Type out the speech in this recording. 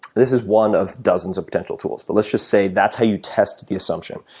this is one of dozens of potential tools but let's just say that's how you test the assumption.